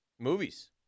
Movies